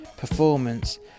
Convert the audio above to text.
performance